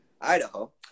Idaho